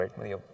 right